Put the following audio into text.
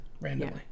randomly